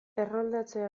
erroldatzea